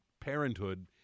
parenthood